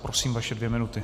Prosím, vaše dvě minuty.